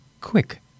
quick